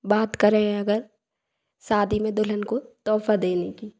बात करें अगर शादी में दुल्हन को तोहफा देने की